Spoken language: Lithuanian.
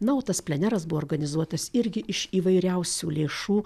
na o tas pleneras buvo organizuotas irgi iš įvairiausių lėšų